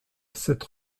sept